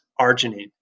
arginine